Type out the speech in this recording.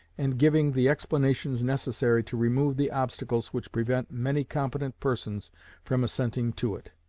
and giving the explanations necessary to remove the obstacles which prevent many competent persons from assenting to it.